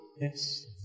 Yes